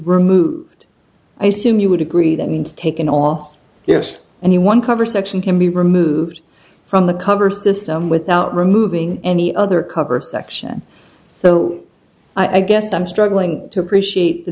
removed i assume you would agree that means taken off yes anyone cover section can be removed from the cover system without removing any other cover section so i guess i'm struggling to appreciate the